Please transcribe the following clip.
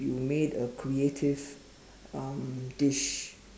you made a creative um dish